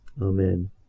amen